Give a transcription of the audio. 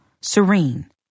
serene